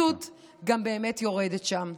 באמת יורדת שם.